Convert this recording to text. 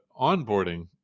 onboarding